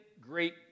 great